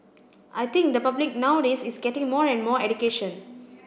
I think the public nowadays is getting more and more education